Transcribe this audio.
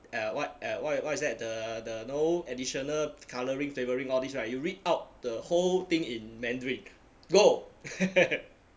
eh what eh what what is that the the no additional colouring flavoring all these [right] you read out the whole thing in mandarin go